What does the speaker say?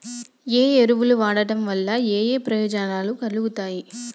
ఏ ఎరువులు వాడటం వల్ల ఏయే ప్రయోజనాలు కలుగుతయి?